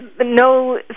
no